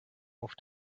auf